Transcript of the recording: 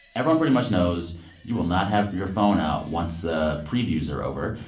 everyone pretty much knows you will not have your phone out once the previews are over.